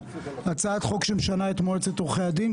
היא מדברת על הצעת חוק שמשנה את מועצת עורכי הדין,